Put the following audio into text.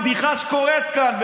זו כל הבדיחה שקורית כאן.